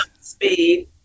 speed